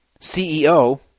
CEO